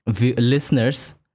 listeners